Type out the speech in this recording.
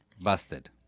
Busted